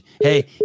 Hey